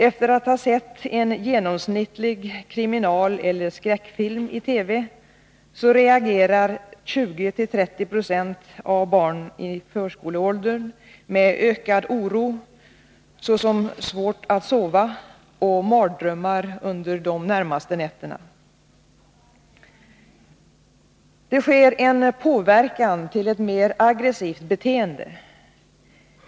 Efter att ha sett en genomsnittlig kriminaleller skräckfilm i TV Det sker en påverkan till ett mer aggressivt beteende.